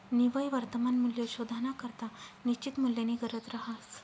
निव्वय वर्तमान मूल्य शोधानाकरता निश्चित मूल्यनी गरज रहास